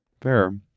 Fair